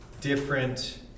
different